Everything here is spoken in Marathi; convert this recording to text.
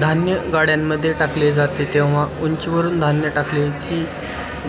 धान्य गाड्यांमध्ये टाकले जाते तेव्हा उंचीवरुन धान्य टाकले की